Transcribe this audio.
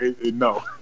no